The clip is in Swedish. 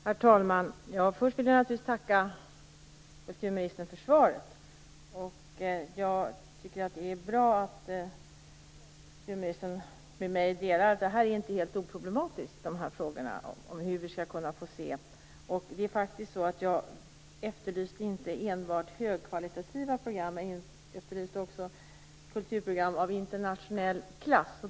Herr talman! Först vill jag tacka kulturministern för svaret. Det är bra att vi är överens om att dessa frågor inte är helt oproblematiska. Jag efterlyste inte enbart högkvalitativa program, utan jag efterlyste också kulturprogram av internationell klass.